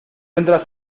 entras